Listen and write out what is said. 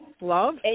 Love